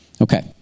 Okay